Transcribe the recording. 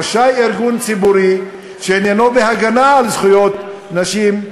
רשאי ארגון ציבורי שעניינו בהגנה על זכויות נשים,